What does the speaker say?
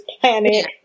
planet